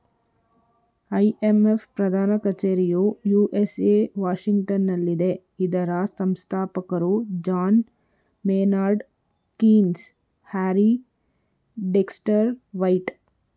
IMF ಪ್ರಧಾನ ಕಚೇರಿಯು USA ವಾಷಿಂಗ್ಟನಲ್ಲಿದೆ ಇದರ ಸಂಸ್ಥಾಪಕರು John Maynard Keynes, Harry Dexter white